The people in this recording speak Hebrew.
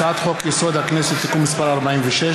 הצעת חוק-יסוד: הכנסת (תיקון מס' 46),